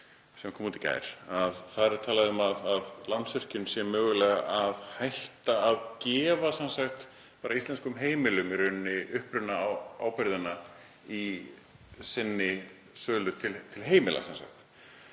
sem kom út í gær. Þar er talað um að Landsvirkjun sé mögulega að hætta að gefa íslenskum heimilum upprunaábyrgðina í sinni sölu til þeirra.